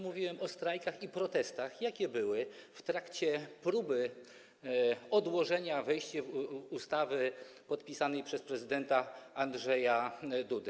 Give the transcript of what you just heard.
Mówiłem o strajkach i protestach, jakie były w trakcie próby odłożenia wejścia w życie ustawy podpisanej przez prezydenta Andrzeja Dudę.